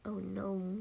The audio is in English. oh no